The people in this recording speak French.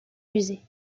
musées